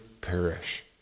perish